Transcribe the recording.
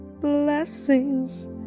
Blessings